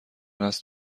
است